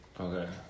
okay